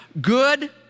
good